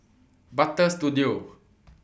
Butter Studio